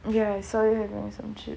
ya sorry I want some chips